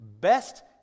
best